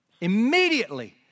immediately